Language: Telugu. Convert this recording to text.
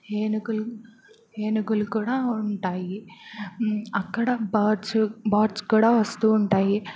ఏనుకులు ఏనుగులు కూడా ఉంటాయి అక్కడ బర్డ్స్ బర్డ్స్ కూడా వస్తూ ఉంటాయి